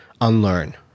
unlearn